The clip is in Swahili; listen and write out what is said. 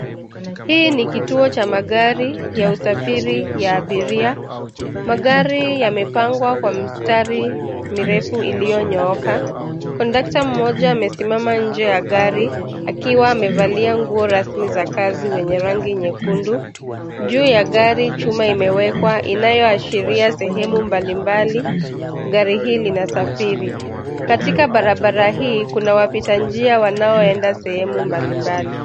Hii ni kituo cha magari ya usafiri ya abiria, magari yamepangwa kwa mstari, mirefu iliyonyooka, kondukta mmoja amesimama nje ya gari, akiwa amevalia nguo rasmi za kazi wenye rangi nyekundu, juu ya gari chuma imewekwa inayoashiria sehemu mbali mbali, garii hii linasafiri, katika barabara hii kuna wapita njia wanaoelekea sehemu mbali mbali.